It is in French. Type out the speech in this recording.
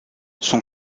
son